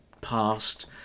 past